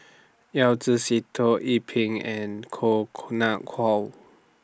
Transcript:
Yao Zi Sitoh Yih Pin and Koh Nguang How